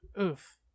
Oof